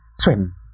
swim